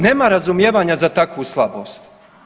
Nema razumijevanja za takvu slabost.